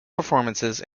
performances